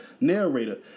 narrator